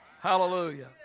Hallelujah